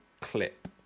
clip